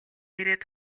ирээд